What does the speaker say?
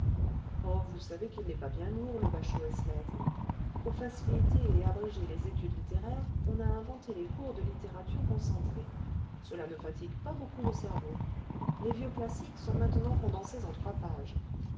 oh vous savez qu'il n'est pas bien lourd le bachot es lettres pour faciliter et abréger les études littéraires on a inventé les cours de littératures concentrées cela ne fatigue pas beaucoup le cerveau les vieux classiques sont maintenant condensés en trois pages